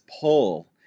pull